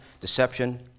deception